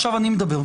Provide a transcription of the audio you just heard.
עכשיו אני מדבר.